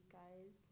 guys